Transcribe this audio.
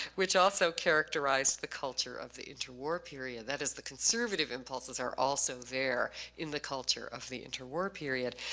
which also characterized the culture of the interwar period. that is the conservative impulses are also there in the culture of the interwar period.